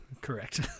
correct